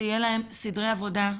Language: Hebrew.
שיהיו להם סדרי עבודה,